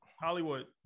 Hollywood